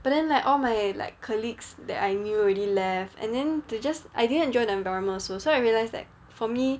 but then like all my like colleagues that I knew already left and then they just I didn't really enjoy the environment also so I realised that for me